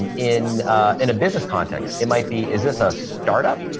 and in in a business context, it might be, is this a startup?